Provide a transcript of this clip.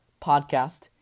podcast